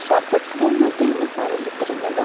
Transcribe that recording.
ଶ୍ଵାସକ୍ରିୟା ମଧ୍ୟ ଆମେ ପାଣି ଭିତରେ ନେବା